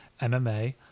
MMA